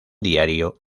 diario